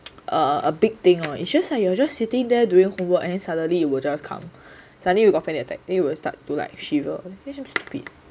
a a big thing lor it's just like you are just sitting there doing homework and then suddenly you will just come suddenly you got panic attack then you will start to like shiver that's damn stupid